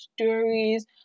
stories